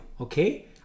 okay